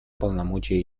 полномочий